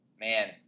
man